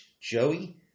Joey